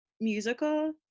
musical